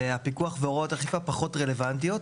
והפיקוח והוראות האכיפה פחות רלוונטיות.